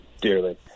dearly